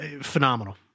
Phenomenal